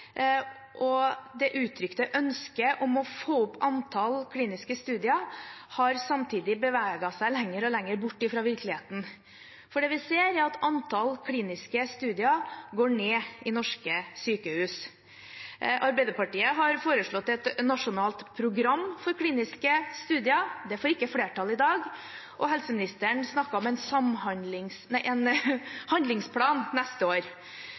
og det uttrykte ønsket om å få opp antall kliniske studier har samtidig beveget seg lenger og lenger bort fra virkeligheten. Det vi ser, er at antall kliniske studier går ned i norske sykehus. Arbeiderpartiet har foreslått et nasjonalt program for kliniske studier. Det får ikke flertall i dag. Og helseministeren snakket om en handlingsplan neste år.